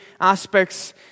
aspects